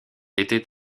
était